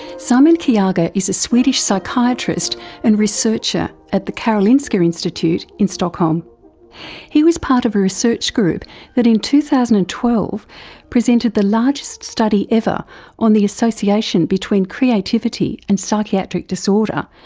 simon kyaga is a swedish psychiatrist and researcher at the karolinska institute in stockholm he was part of a research group that in two thousand and twelve presented the largest study ever on the association between creativity and psychiatric disorder.